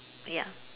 ya